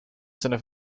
seine